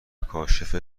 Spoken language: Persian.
کاشف